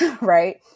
right